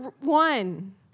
one